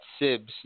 SIBs